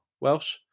welsh